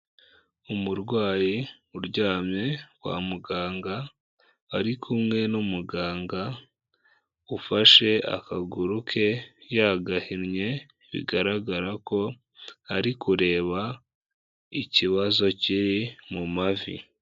Umurwayi uryamye kwa muganga, ari kumwe n'umuganga ufashe akaguru ke yagahinnye, bigaragara ko ari kureba ikibazo kiri mu mavi.